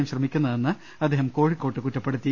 M ശ്രമിക്കുന്നതെന്ന് അദ്ദേഹം കോഴിക്കോട്ട് കുറ്റപ്പെടുത്തി